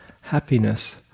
happiness